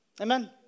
Amen